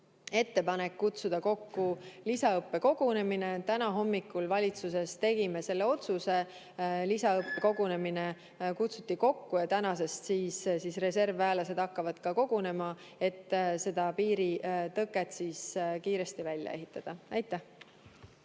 ettepaneku kutsuda kokku lisaõppekogunemine. Täna hommikul valitsuses tegime selle otsuse, lisaõppekogunemine kutsuti kokku ja tänasest hakkavad reservväelased kogunema, et seda piiritõket kiiresti välja ehitada. Aitäh!